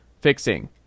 fixing